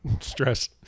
stress